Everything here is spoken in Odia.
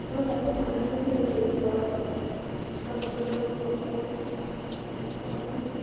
ଆପଣ ଚାହିଁଲେ ଫାଇନାନ୍ସରେ ବି ନେଇପାରିବେ ବଡ଼ ଫୋନ୍ ଆମର ଭିବୋ ଅଛି ଓପୋ ଅଛି ସାମସଙ୍ଗ୍ ଅଛି